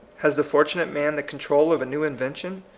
has the fortunate man the control of a new invention?